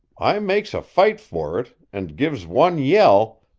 i makes a fight for it, and gives one yell,